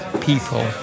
people